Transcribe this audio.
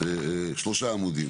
שלושה עמודים.